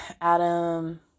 Adam